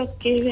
Okay